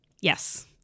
Yes